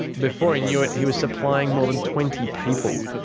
before he knew it he was supplying more than twenty people.